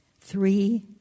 three